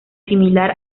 similar